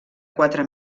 quatre